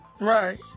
Right